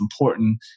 important